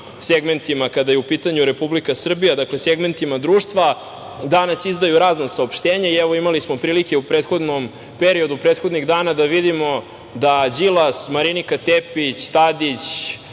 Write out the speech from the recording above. segmentima kada je u pitanju Republika Srbija, dakle segmentima društva danas izdaju razna saopštenja. Evo, imali smo prilike u prethodnom periodu, prethodnih dana da vidimo da Đilas, Marinika Tepić, Tadić,